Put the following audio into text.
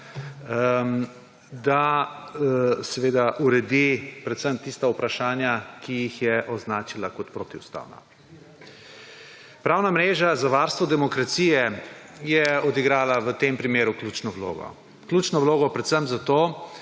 vlada, da uredi predvsem tista vprašanja, ki so označena kot protiustavna. Pravna mreža za varstvo demokracije je odigrala v tem primeru ključno vlogo. Ključno vlogo predvsem zato,